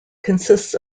consists